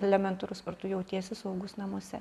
elementarus ar tu jautiesi saugus namuose